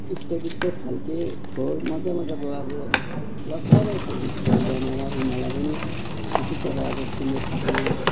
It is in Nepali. स्टेप स्टेप खाल्के खोर मजा मजाको अब लस्करै खाल्के खोर बनाएर उनीहरूलाई पनि एक एकवटा अब सिमेन्टको